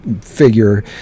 Figure